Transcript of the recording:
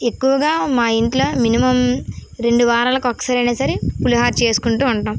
ఎక్కువగా మా ఇంట్లో మినిమం రెండు వారాలకు ఒకసారి అయినా సరే పులిహోర చేసుకుంటూ ఉంటాము